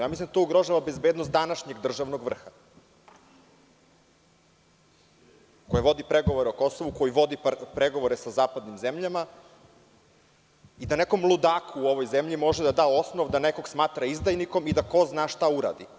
Mislim da to ugrožava bezbednost današnjeg državnog vrha koji vodi pregovore o Kosovu, koji vodi pregovore sa zapadnim zemljama i da nekom ludaku u ovoj zemlji može da da osnov da nekoga smatra izdajnikom i da ko zna šta uradi.